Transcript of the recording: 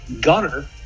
gunner